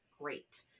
great